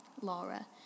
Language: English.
Laura